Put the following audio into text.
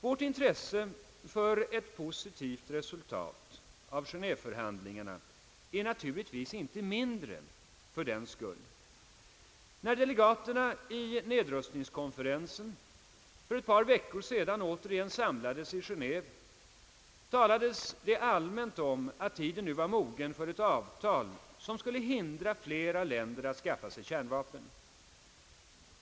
Vårt intresse för ett positivt resultat av genéveförhandlingarna är fördenskull naturligtvis inte mindre, När delegaterna i nedrustningskonferensen för ett par veckor sedan återigen samlades i Genéve talades det allmänt om att tiden nu var mogen för ett avtal som skulle hindra att flera länder skaffade sig kärnvapen.